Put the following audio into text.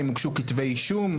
האם הוגשו כתבי אישום?